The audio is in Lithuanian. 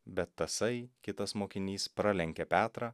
bet tasai kitas mokinys pralenkė petrą